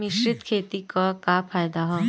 मिश्रित खेती क का फायदा ह?